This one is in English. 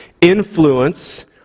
influence